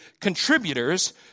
contributors